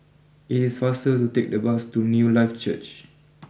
it is faster to take the bus to Newlife Church